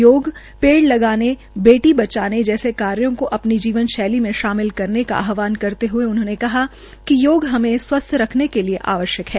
योग पेड़ लगाने बेटी बचाने जैसे कार्यो को अपनी जीवन शैली मे शामिल करने का आहवान करते हये उन्होंने कहा कि योग हमें स्वस्थ रखने के लिये आवश्यक है